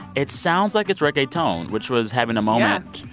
it sounds like it's reggaeton, which was having a moment.